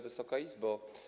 Wysoka Izbo!